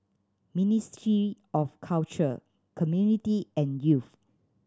Ministry of Culture Community and Youth